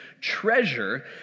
treasure